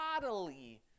bodily